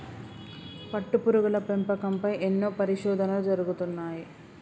పట్టుపురుగుల పెంపకం పై ఎన్నో పరిశోధనలు జరుగుతున్నాయి